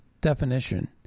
definition